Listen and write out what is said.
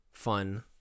fun